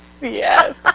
yes